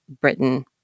britain